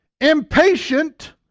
impatient